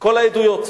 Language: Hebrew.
כל העדויות.